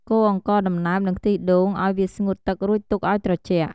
កូរអង្ករដំណើបនិងខ្ទិះដូងឱ្យវាស្ងួតទឹករួចទុកឱ្យត្រជាក់។